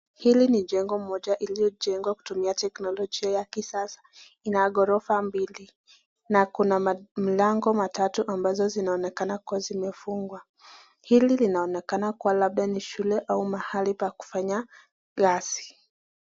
Hili ni jengo moja iliojengwa kutumia teknolojia ya kisasa. Ina ghorofa mbili na kuna mlango matatu ambazo zinaonekana kuwa zimefungwa. Hili linaonekana kuwa labda ni shule au mahali pa kufanya kazi.